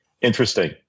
Interesting